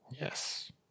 Yes